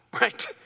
right